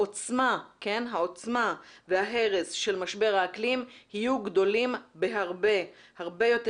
העוצמה וההרס של משבר האקלים יהיו גדולים בהרבה יותר.